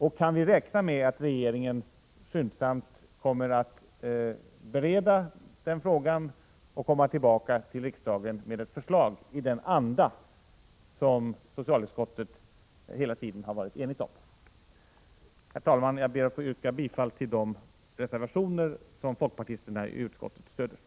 Och kan vi räkna med att regeringen skyndsamt kommer att bereda denna fråga och komma tillbaka till riksdagen med ett förslag i den anda som socialutskottet hela tiden har varit enigt om? Herr talman! Jag ber att få yrka bifall till de reservationer som folkpartisterna i utskottet stöder.